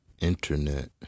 Internet